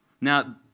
Now